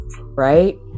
right